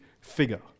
figure